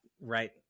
right